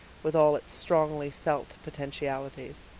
with all its strongly felt potentialities.